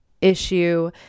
issue